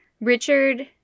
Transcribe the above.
Richard